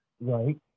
right